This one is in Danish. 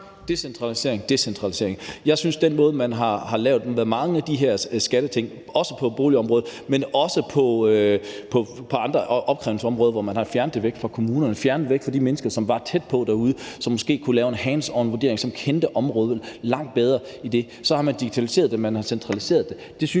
decentralisering. Den måde, som man har lavet mange af de her skatteting på, også på boligområdet og på andre opkrævningsområder, er ved, at man har fjernet det fra kommunerne og fra de mennesker, der var tæt på det derude, som måske kunne lave en hands on-vurdering, og som kendte område langt bedre. Så har man digitaliseret det og centraliseret det,